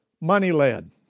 Money-led